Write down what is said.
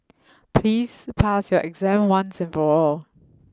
please pass your exam once and for all